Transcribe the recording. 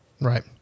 Right